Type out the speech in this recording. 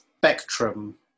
Spectrum